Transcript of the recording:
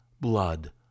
blood